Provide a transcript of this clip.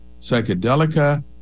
Psychedelica